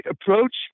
approach